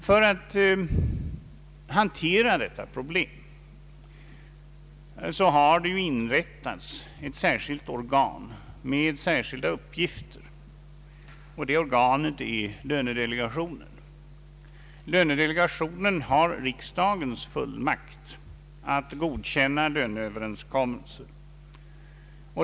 För att hantera detta problem har det inrättats ett särskilt organ med särskilda uppgifter, nämligen riksdagens lönedelegation. Lönedelegationen har riksdagens fullmakt att godkänna löneöverenskommelser.